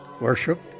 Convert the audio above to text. Worship